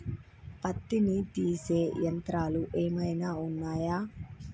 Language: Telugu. పత్తిని తీసే యంత్రాలు ఏమైనా ఉన్నయా?